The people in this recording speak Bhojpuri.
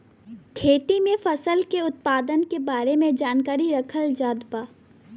खेती में फसल के उत्पादन के बारे में जानकरी रखल जात बा